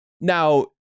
Now